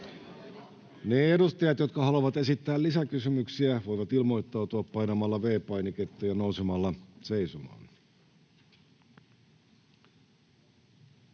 Ne edustajat, jotka haluavat esittää lisäkysymyksiä, voivat ilmoittautua painamalla V-painiketta ja nousemalla seisomaan.